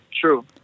True